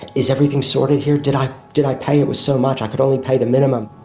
is everything sorted here? did i did i pay? it was so much i could only pay the minimum.